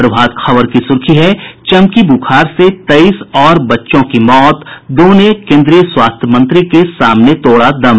प्रभात खबर की सुर्खी है चमकी बुखार से तेईस और बच्चों की मौत दो ने केन्द्रीय स्वास्थ्य मंत्री के सामने तोड़ा दम